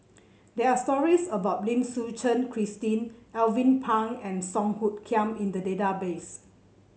there are stories about Lim Suchen Christine Alvin Pang and Song Hoot Kiam in the database